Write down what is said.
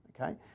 okay